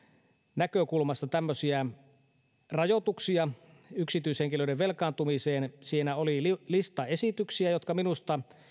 näkökulmasta rajoituksia yksityishenkilöiden velkaantumiseen siinä oli lista esityksiä jotka minusta